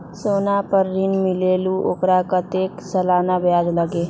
सोना पर ऋण मिलेलु ओपर कतेक के सालाना ब्याज लगे?